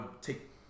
take